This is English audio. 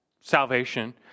salvation